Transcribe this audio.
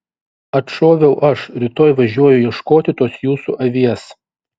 atšoviau aš rytoj važiuoju ieškoti tos jūsų avies